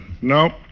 No